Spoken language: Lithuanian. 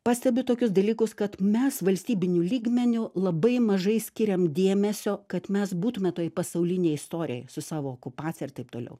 pastebiu tokius dalykus kad mes valstybiniu lygmeniu labai mažai skiriam dėmesio kad mes būtume toj pasaulinėj istorijoj su savo okupacija ir taip toliau